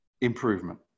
improvement